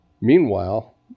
Meanwhile